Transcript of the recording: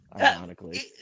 ironically